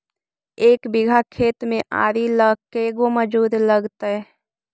एक बिघा खेत में आरि ल के गो मजुर लगतै?